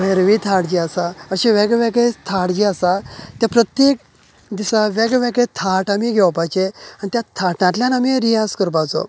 भैरवी थाट जी आसा अशे वेगवेगळे थाट जे आसा ते प्रत्येक दिसा वेगवेगळे थाट आमी घेवपाचो आनी त्या थाटांतल्या आमी रियाज करपाचो